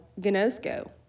gnosko